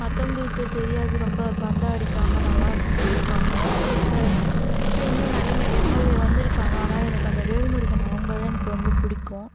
மற்றவுங்களுக்கு தெரியாது ரொம்ப பந்தா அடிக்காமல் நல்லா இருப்பாங்க இப்போ இப்போ இன்னும் நிறைய எம்எல்ஏ வந்திருக்காங்க ஆனால் எனக்கு அந்த வேல்முருகன் அவங்கள தான் எனக்கு ரொம்ப பிடிக்கும்